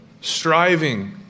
striving